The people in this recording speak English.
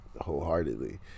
wholeheartedly